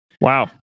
Wow